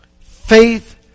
faith